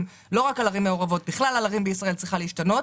בכלל על ערים בישראל צריכה להשתנות,